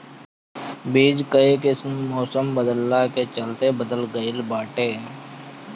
बीज कअ किस्म मौसम बदलला के चलते बदल गइल बाटे